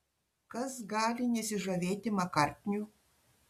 kas gali nesižavėti makartniu